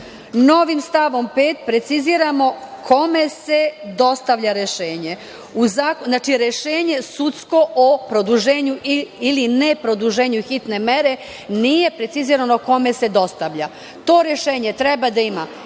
Novim stavom 5. preciziramo kome se dostavlja rešenje. Znači, rešenje sudsko o produženju ili neproduženju hitne mere nije precizirano kome se dostavlja. To rešenje treba da ima